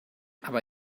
aber